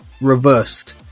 reversed